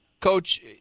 Coach